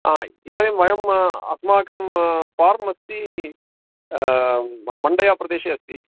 आ इदानीं वयम् अस्माकं फ़ार्म् अस्ति मण्डया प्रदेशे अस्ति